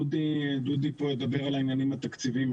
דודי פה ידבר על העניינים התקציביים.